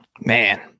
Man